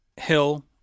Hill